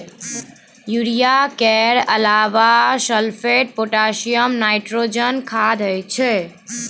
urea केर अलाबा sulphate, potassium, nitrogen खाद होइ छै